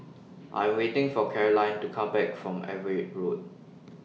I Am waiting For Carolyne to Come Back from Everitt Road